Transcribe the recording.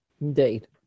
Indeed